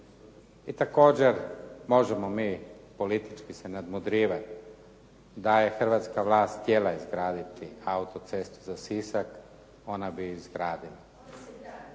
I također, možemo mi politički se nadmudrivati da je hrvatska vlast htjela izgraditi auto-cestu za Sisak ona bi se izgradila.